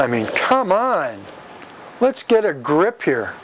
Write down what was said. i mean come on let's get a grip here